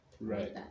Right